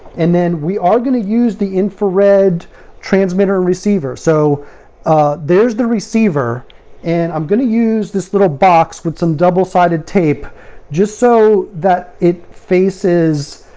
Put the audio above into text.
and then we are going to use the infrared transmitter and receiver. so there's the receiver and i'm going to use this little box with some double sided tape just so that it faces